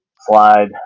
slide